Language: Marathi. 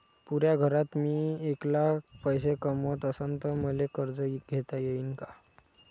पुऱ्या घरात मी ऐकला पैसे कमवत असन तर मले कर्ज घेता येईन का?